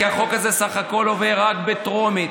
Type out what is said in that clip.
כי החוק הזה בסך הכול עובר רק בטרומית.